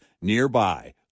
nearby